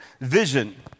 vision